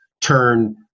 turn